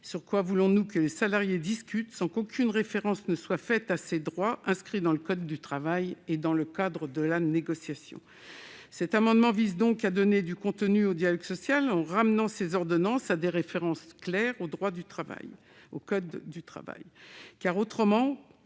Sur quoi voulez-vous que les salariés discutent et négocient si aucune référence n'est faite à ces droits inscrits dans le code du travail ? Cet amendement vise donc à donner du contenu au dialogue social en ramenant ces ordonnances à des références claires au code du travail.